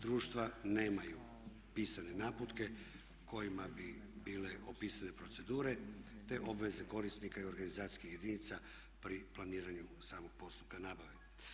Društva nemaju pisane naputke kojima bi bile opisane procedure te obveze korisnika i organizacijskih jedinica pri planiranju samog postupka nabave.